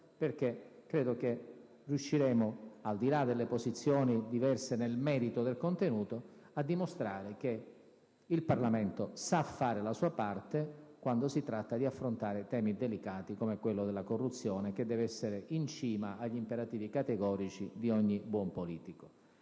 perché credo che, al di là delle posizioni diverse nel merito del contenuto, riusciremo a dimostrare che il Parlamento sa fare la sua parte quando si tratta di affrontare temi delicati come quello della corruzione, che deve essere in cima agli imperativi categorici di ogni buon politico.